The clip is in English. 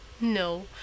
no